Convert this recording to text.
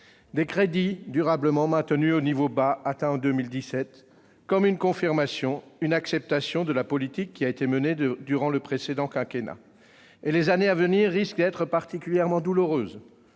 Des crédits durablement maintenus au niveau bas atteint en 2017, comme une confirmation, une acceptation, de la politique menée durant le précédent quinquennat ! Et les années à venir risquent d'être particulièrement douloureuses,